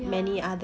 ya